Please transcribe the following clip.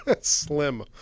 Slim